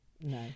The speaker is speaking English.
No